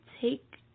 take